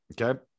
Okay